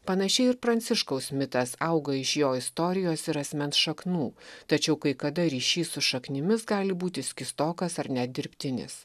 panašiai ir pranciškaus mitas auga iš jo istorijos ir asmens šaknų tačiau kai kada ryšys su šaknimis gali būti skystokas ar net dirbtinis